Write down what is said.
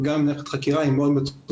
וגם אם נפתחת חקירה היא מאוד מצומצמת.